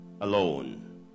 alone